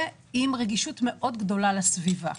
עם רגישות מאוד גדולה לסביבה.